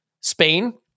Spain